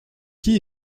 qui